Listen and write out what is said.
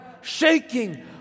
shaking